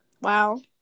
Wow